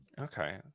Okay